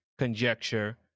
conjecture